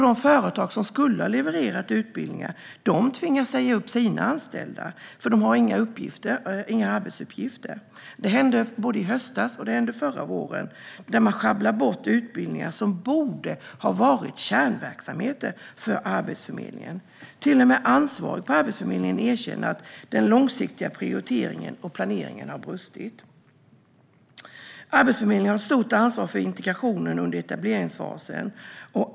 De företag som skulle ha levererat utbildningar tvingas säga upp sina anställda, för de har inga arbetsuppgifter. Detta hände både i höstas och förra våren. Man sjabblar bort utbildningar som borde vara kärnverksamhet för Arbetsförmedlingen. Till och med den ansvarige på Arbetsförmedlingen erkänner att den långsiktiga prioriteringen och planeringen har brustit. Arbetsförmedlingen har ett stort ansvar för integrationen under etableringsfasen.